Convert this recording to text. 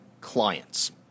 clients